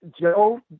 Joe